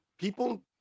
people